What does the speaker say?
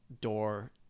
door